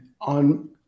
On